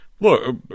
look